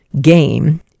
game